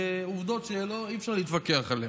עובדות שאי-אפשר להתווכח עליהן.